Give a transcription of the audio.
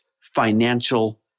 financial